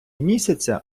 місяця